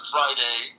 Friday